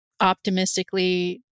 optimistically